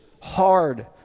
hard